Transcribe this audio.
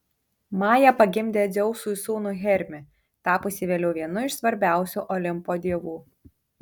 maja pagimdė dzeusui sūnų hermį tapusį vėliau vienu iš svarbiausių olimpo dievų